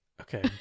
Okay